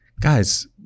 Guys